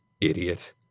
Idiot